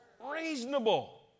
reasonable